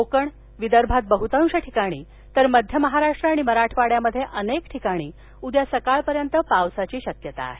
कोकण विदर्भात बह्तांश ठिकाणी तर मध्य महाराष्ट्र आणि मराठवाड्यात अनेक ठिकाणी उद्या सकाळपर्यंत पाऊस पडण्याची शक्यता आहे